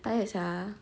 tired sia